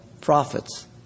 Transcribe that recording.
prophets